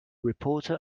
reporter